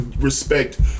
respect